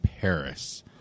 Paris